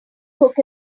cook